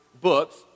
books